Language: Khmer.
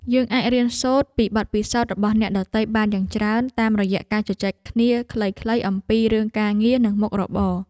យើងអាចរៀនសូត្រពីបទពិសោធន៍របស់អ្នកដទៃបានយ៉ាងច្រើនតាមរយៈការជជែកគ្នាខ្លីៗអំពីរឿងការងារនិងមុខរបរ។